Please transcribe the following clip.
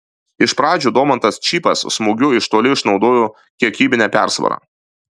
iš pradžių domantas čypas smūgiu iš toli išnaudojo kiekybinę persvarą